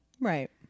Right